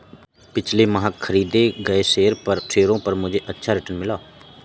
पिछले माह खरीदे गए शेयरों पर मुझे अच्छा रिटर्न मिला